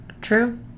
True